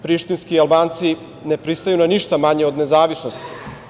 Prištinski Albanci ne pristaju na ništa manje od nezavisnosti.